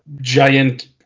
giant